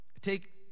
take